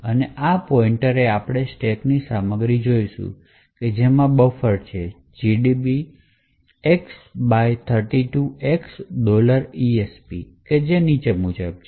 અને આ પોઈન્ટ એ આપણે સ્ટેકની સામગ્રી જોઈએ છીએ જેમાં બફર છે gdb x32x esp જે નીચે મુજબ છે